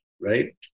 right